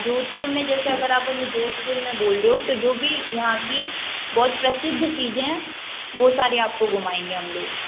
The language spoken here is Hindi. जोधपुर में जैसे अगर आप हमें जोधपुर में बोल रहे हो तो जो भी यहाँ की बहुत प्रसिद्ध चीज़ें हैं वह सारे आपको घूमाएंगे हम लोग